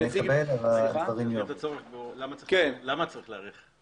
למה צריך להאריך?